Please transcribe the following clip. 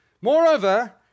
Moreover